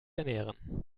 ernähren